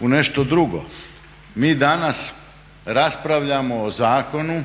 u nešto drugo. Mi danas raspravljamo o zakonu